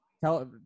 Tell